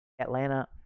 Atlanta